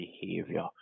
behavior